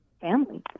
family